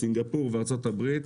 סינגפור וארצות הברית,